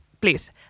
please